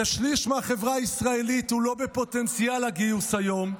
כשליש מהחברה הישראלית הוא לא בפוטנציאל הגיוס היום,